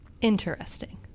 Interesting